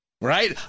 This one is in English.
Right